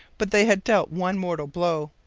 but they had dealt one mortal blow.